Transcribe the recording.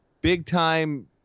big-time